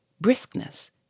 briskness